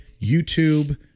YouTube